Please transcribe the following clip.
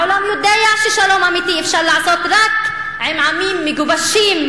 העולם יודע ששלום אמיתי אפשר לעשות רק עם עמים מגובשים,